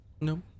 no